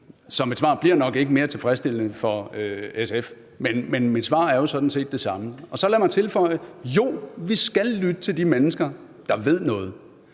Så mit svar bliver nok ikke mere tilfredsstillende for SF, for mit svar er jo sådan set det samme. Så lad mig tilføje: Jo, vi skal lytte til de mennesker, der ved noget.